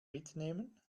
mitnehmen